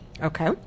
Okay